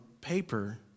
paper